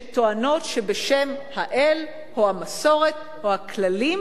שטוענות שבשם האל או המסורת או הכללים